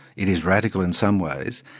it is radical in some ways,